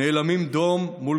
נאלמים דום מול